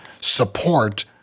support